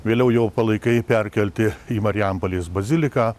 vėliau jo palaikai perkelti į marijampolės baziliką